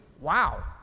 wow